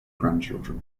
grandchildren